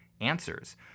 answers